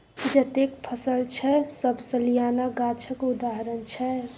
जतेक फसल छै सब सलियाना गाछक उदाहरण छै